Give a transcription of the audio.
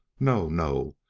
no, no!